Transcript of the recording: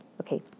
okay